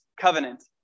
covenant